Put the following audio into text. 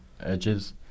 edges